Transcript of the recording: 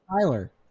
Tyler